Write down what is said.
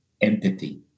empathy